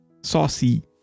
saucy